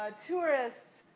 ah tourists,